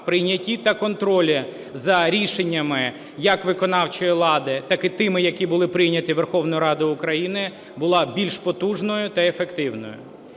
прийнятті та контролі за рішеннями як виконавчої влади, так і тими, які були прийняті Верховною Радою України, була більш потужною та ефективною.